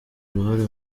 uruhare